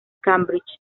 cambridge